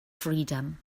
freedom